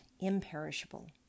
imperishable